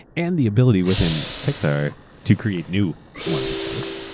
and the ability within pixar to create new ones of those.